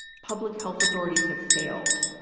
public health authorities have failed.